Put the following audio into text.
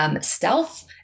stealth